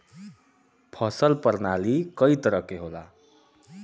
फसल परनाली कई तरह क होला